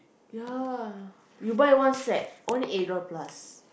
ya you buy one set only eight dollar plus